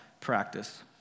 practice